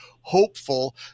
hopeful